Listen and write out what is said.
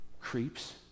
Creeps